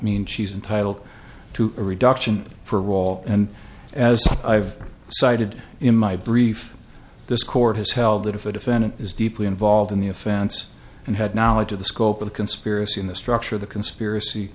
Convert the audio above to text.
mean she's entitled to a reduction for a role and as i've cited in my brief this court has held that if a defendant is deeply involved in the offense and had knowledge of the scope of conspiracy in the structure of the conspiracy